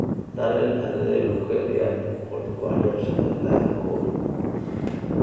ᱫᱷᱟᱨᱮ ᱞᱚᱠᱠᱷᱭᱮᱜ ᱞᱮᱭᱟ ᱱᱩᱠᱩ ᱦᱚᱲ ᱟᱰᱚᱜ ᱥᱟᱰᱚᱜ ᱪᱮᱫᱟᱜ ᱱᱩᱠᱩ